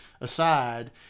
aside